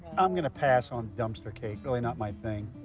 i'm gonna pass on dumpster cake. really not my thing.